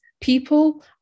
people